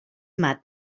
mat